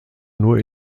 nur